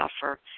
suffer